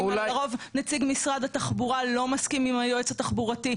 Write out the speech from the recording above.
ולרוב נציג משרד התחבורה לא מסכים עם היועץ התחבורתי.